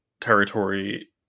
territory